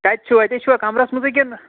کَتہِ چھُو اَتے چھُوا کَمرَس منٛزٕے کِنہٕ